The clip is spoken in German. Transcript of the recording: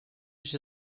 ich